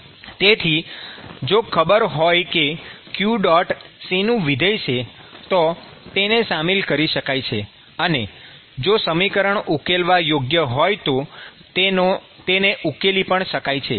તેથી જો ખબર હોય કે q શેનું વિધેય છે તો તેને શામેલ કરી શકાય છે અને જો સમીકરણ ઉકેલવા યોગ્ય હોય તો તેને ઉકેલી પણ શકાય છે